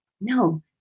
No